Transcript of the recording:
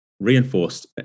Reinforced